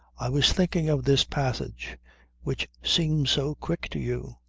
i was thinking of this passage which seems so quick to you.